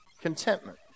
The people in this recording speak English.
Contentment